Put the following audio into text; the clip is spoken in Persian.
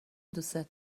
دوستت